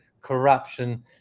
corruption